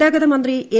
ഗതാഗതമന്ത്രി എ